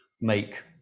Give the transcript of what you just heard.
make